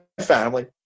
family